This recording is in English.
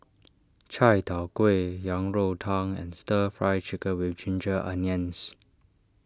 Chai Tow Kuay Yang Rou Tang and Stir Fry Chicken with Ginger Onions